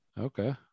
okay